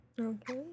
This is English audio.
Okay